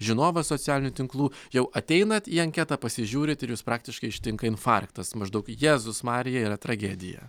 žinovas socialinių tinklų jau ateinat į anketą pasižiūrit ir jus praktiškai ištinka infarktas maždaug jėzus marija yra tragedija